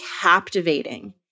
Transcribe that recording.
captivating